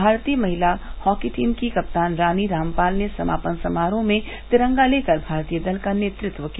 भारतीय महिला hockey team की कप्तान रानी रामपाल ने समापन समारोह में तिरंगा लेकर भारतीय दल का नेतृत्व किया